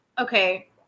okay